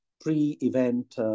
pre-event